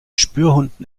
spürhunden